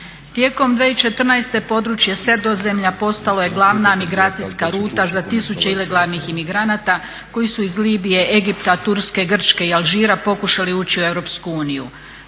Tijekom 2014. područje Sredozemlja postala je glavna migracijska ruta za tisuće ilegalnih imigranata koji su iz Libije, Egipta, Turske, Grčke i Alžira pokušali ući u Europsku uniju.